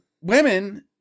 women